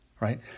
right